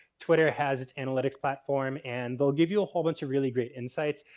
twitter has its analytics platform. and they'll give you a whole bunch of really great insights.